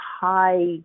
high